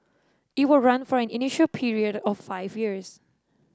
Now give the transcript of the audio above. it will run for an initial period of five years